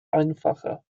einfacher